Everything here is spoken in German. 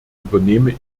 übernehme